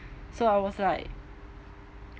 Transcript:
so I was like